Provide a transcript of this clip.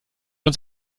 uns